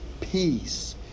Peace